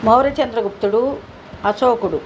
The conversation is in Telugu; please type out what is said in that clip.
మౌర్య చంద్రగుప్తుడు అశోకుడు